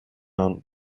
aunt